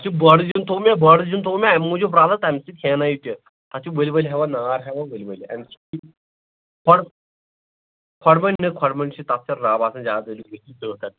اسہِ چھُ بۄہڑٕ زِیُن تھوٚو مےٚ بۄہڑٕ زِیُن تھوٚو مےٚ امہِ موجوٗب رلہٕ تمہِ سۭتۍ ہٮ۪نےَ تہِ تتھ چھُ ؤلۍ ؤلۍ ہٮ۪وَن نار ہٮ۪وَن ؤلۍ ؤلۍ اَمہِ سٍتۍ کھۅڈٕ کھۄڈٕ مٔنٛڈۍ نہٕ کھۄڈٕ مٔٛنٛڈۍ چھِ تتھ چھِ رب آسان زیادٕ امہِ سٍتۍ چھُ دٕہہ کھسان